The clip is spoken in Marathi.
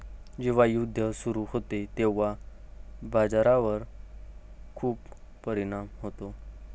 जेव्हा युद्ध सुरू होते तेव्हा बाजारावर खूप परिणाम होतो